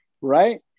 Right